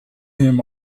him